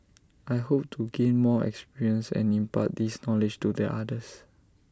I hope to gain more experience and impart this knowledge to their others